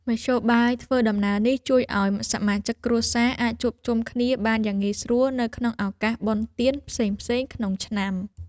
មធ្យោបាយធ្វើដំណើរនេះជួយឱ្យសមាជិកគ្រួសារអាចជួបជុំគ្នាបានយ៉ាងងាយស្រួលនៅក្នុងឱកាសបុណ្យទានផ្សេងៗក្នុងឆ្នាំ។